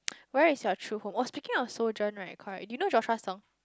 where is your true home oh speaking of sojourn right correct do you know Joshua Song